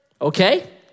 Okay